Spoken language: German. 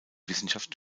wissenschaft